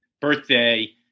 birthday